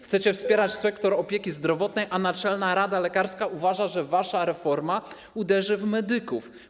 Chcecie wspierać sektor opieki zdrowotnej, a Naczelna Rada Lekarska uważa, że wasza reforma uderzy w medyków.